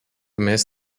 miss